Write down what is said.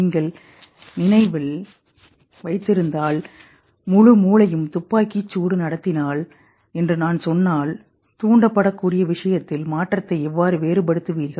நீங்கள் நினைவில் வைத்திருந்தால் முழு மூளையும்துப்பாக்கிச் சூடு நடத்தினால்என்று நான் சொன்னால் தூண்டபடக் கூடிய விஷயத்தில் மாற்றத்தை எவ்வாறு வேறுபடுத்துவீர்கள்